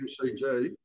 MCG